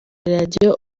radio